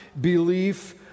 belief